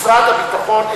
משרד הביטחון,